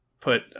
put